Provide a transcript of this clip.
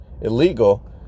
illegal